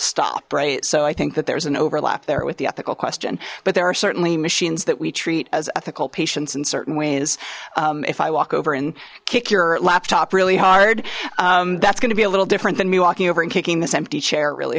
stop right so i think that there's an overlap there with the ethical question but there are certainly machines that we treat as ethical patients in certain ways if i walk over and kick your laptop really hard that's going to be a little different than me walking over and kicking this empty chair really